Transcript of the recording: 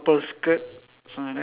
ya two balls coming out